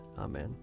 Amen